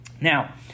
Now